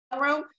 room